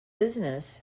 business